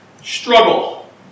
Struggle